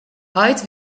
heit